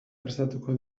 prestatuko